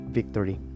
victory